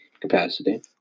capacity